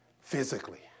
physically